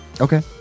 Okay